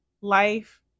Life